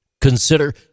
Consider